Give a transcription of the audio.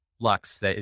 Lux